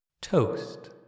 Toast